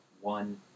one